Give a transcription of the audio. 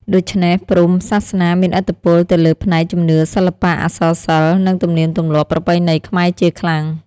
ដូច្នេះ ព្រហ្មសាសនាមានឥទ្ធិពលទៅលើផ្នែក ជំនឿ សិល្បៈ អក្សរសិល្ប៍ និង ទំនៀមទម្លាប់ប្រពៃណីខ្មែរជាខ្លាំង។